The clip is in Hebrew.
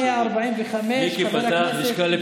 מס' 145. חבר הכנסת שחאדה,